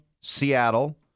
Seattle